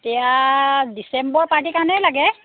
এতিয়া ডিচেম্বৰ পাৰ্টিৰ কাৰণেই লাগে